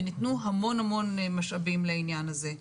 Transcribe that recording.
וניתנו המון משאבים לעניין הזה.